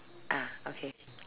ah okay